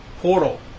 Portal